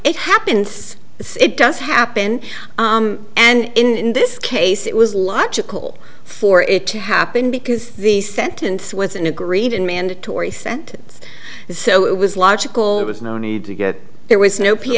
it happens it does happen and in this case it was logical for it to happen because the sentence was an agreed and mandatory sentence so it was logical it was no need to get there was no p